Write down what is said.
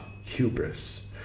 hubris